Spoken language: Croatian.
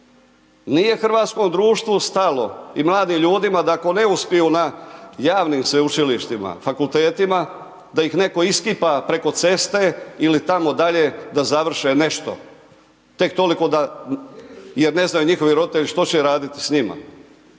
Nije hrvatskom društvu stalo i mladim ljudima da ako ne uspiju na javnim sveučilištima, fakultetima, da ih netko iskipa preko ceste ili tamo dalje da završe nešto, tek toliko da, jer ne znaju njihovi roditelji što će raditi s njima.